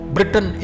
Britain